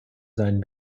seinen